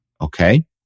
Okay